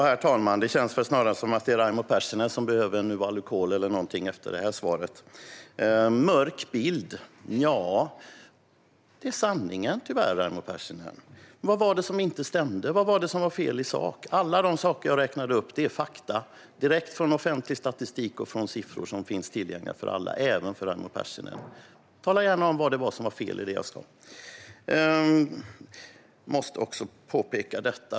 Herr talman! Det är nog snarare Raimo Pärssinen som behöver en Novalucol eller något efter detta svar. En mörk bild? Nja, det är sanningen, tyvärr. Vad var det som inte stämde? Vad var fel i sak? Allt det jag räknade upp är fakta, direkt från offentlig statistik och siffror som finns tillgängliga för alla, även för Raimo Pärssinen. Tala gärna om vad som var fel i det jag sa!